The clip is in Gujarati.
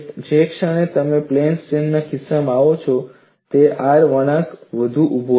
જે ક્ષણે તમે પ્લેન સ્ટ્રેસ કેસમાં આવો છો R વળાંક વધુ ઊભો હોય છે